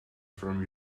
from